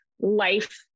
life